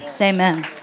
Amen